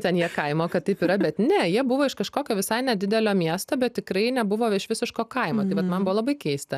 ten jie kaimo kad taip yra bet ne jie buvo iš kažkokio visai nedidelio miesto bet tikrai nebuvo iš visiško kaimo vat man buvo labai keista